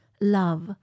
love